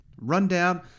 Rundown